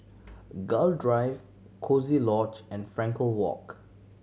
Gul Drive Coziee Lodge and Frankel Walk